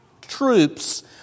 troops